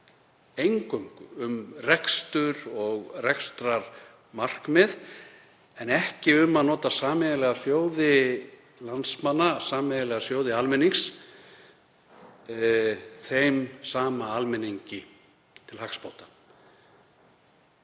eingöngu um rekstur og rekstrarmarkmið en ekki um að nota sameiginlega sjóði landsmanna, sameiginlega sjóði almennings, þeim sama almenningi til hagsbóta.